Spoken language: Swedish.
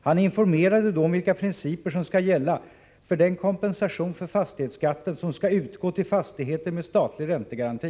Han informerade då om vilka principer som ska gälla för den kompensation för fastighetsskatten som ska utgå till fastigheter med statlig räntegaranti.